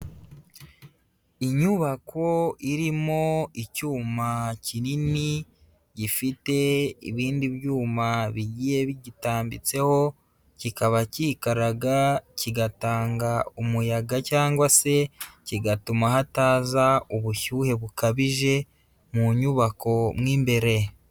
Inyubako irimo icyuma kinini gifite ibindi byuma bigiye bigitambitseho, kikaba kikaraga kigatanga umuyaga cyangwa se kigatuma hataza ubushyuhe bukabije mu nyubako mo imbere.